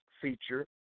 feature